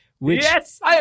Yes